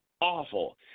awful